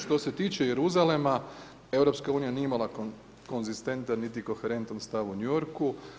Što se tiče Jeruzalema EU nije imala konzistentan niti koherentan stav o New Yorku.